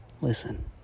Listen